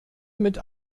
mit